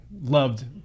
loved